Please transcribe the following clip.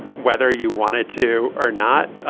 whether you wanted to or not.